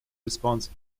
response